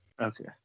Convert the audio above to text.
Okay